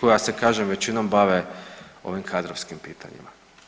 koja se kažem većinom bave ovim kadrovskim pitanjima.